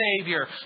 savior